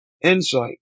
Insight